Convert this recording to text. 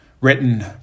written